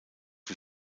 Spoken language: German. wie